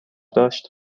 داشت